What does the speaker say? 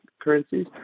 currencies